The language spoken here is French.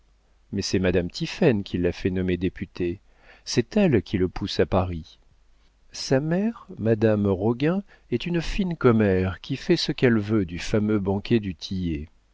mais c'est madame tiphaine qui l'a fait nommer député c'est elle qui le pousse à paris sa mère madame roguin est une fine commère qui fait ce qu'elle veut du fameux